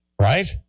Right